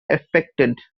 affected